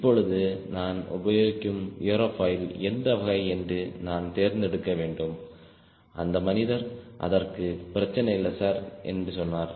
இப்பொழுது நான் உபயோகிக்கும் ஏரோபாய்ல் எந்த வகை என்று நான் தேர்ந்தெடுக்க வேண்டும் அந்த மனிதர் அதற்கு பிரச்சனை இல்லை சார் என்று சொன்னார்